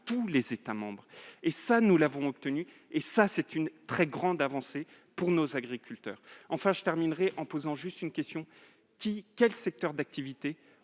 tous les États membres. Nous avons obtenu là une très grande avancée pour nos agriculteurs. Enfin, je terminerai en posant une simple question : quel secteur d'activité